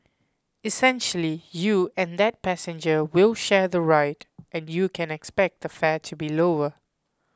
essentially you and that passenger will share the ride and you can expect the fare to be lower